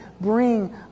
bring